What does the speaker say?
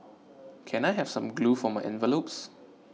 can I have some glue for my envelopes